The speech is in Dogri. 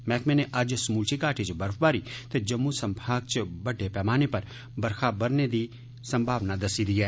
मैह्कमें नै अज्ज समूलची घाटी च बर्फबारी ते जम्मू संभाग च बड्डै पैमाने पर बरखा बरने दी संभावना दस्सी दी ऐ